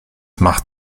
macht